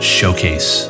Showcase